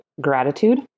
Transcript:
gratitude